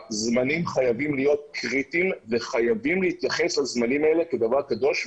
הזמנים חייבים להיות קריטיים וחייבים להתייחס לזמנים האלה כדבר קדוש.